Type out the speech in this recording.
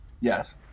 yes